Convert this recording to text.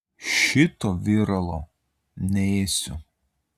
šito viralo neėsiu